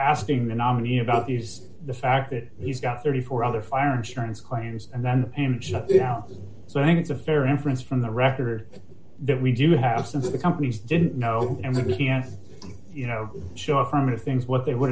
asking the nominee about this the fact that he's got thirty four other fire insurance claims and then came down so i think the fair inference from the record that we do have some of the companies didn't know and they can't you know show affirmative things what they would